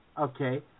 Okay